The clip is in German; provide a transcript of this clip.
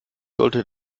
sollte